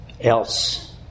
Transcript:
Else